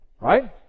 Right